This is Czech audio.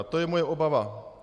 A to je moje obava.